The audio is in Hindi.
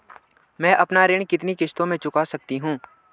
मैं अपना ऋण कितनी किश्तों में चुका सकती हूँ?